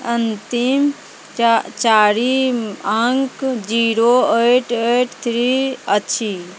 अन्तिम च चारि अङ्क जीरो एट एट थ्री अछि